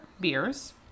beers